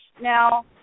Now